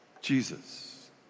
Jesus